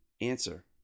Answer